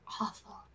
awful